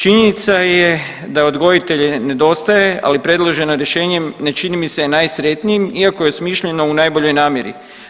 Činjenica je da odgojitelja nedostaje ali predložena rješenja ne čine mi se i najsretnijim iako je smišljena u najboljoj namjeri.